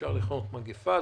שאפשר לכנות מגפה.